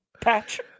Patch